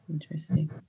interesting